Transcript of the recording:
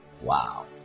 wow